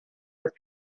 with